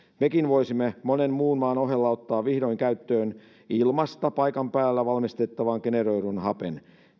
mekin voisimme monen muun maan ohella ottaa vihdoin käyttöön ilmasta paikan päällä valmistettavan generoidun hapen